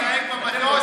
איך הוא התנהג במטוס?